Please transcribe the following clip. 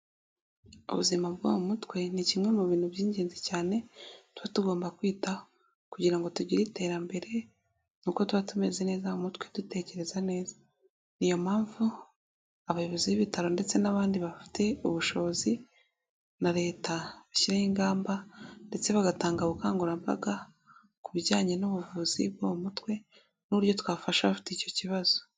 Ubuzima bwo mu mutwe ni kimwe mu bintu by'ingenzi cyane tuba tugomba kwitaho kugira ngo tugire iterambere ni uko tuba tumeze neza mu mutwe dutekereza neza niyo mpamvu abayobozi b'ibitaro ndetse n'abandi bafite ubushobozi na leta bashyiraho ingamba ndetse bagatanga ubukangurambaga ku bijyanye n'ubuvuzi bwo mutwe n'uburyo twafasha abafite icyo kibazo.